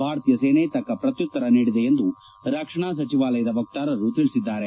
ಭಾರತೀಯ ಸೇನೆ ತಕ್ಷ ಪ್ರತ್ನುತ್ತರ ನೀಡಿದೆ ಎಂದು ರಕ್ಷಣಾ ಸಚಿವಾಲಯದ ವಕ್ತಾರರು ತಿಳಿಸಿದ್ದಾರೆ